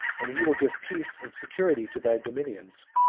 and he will give peace and security to thy dominions.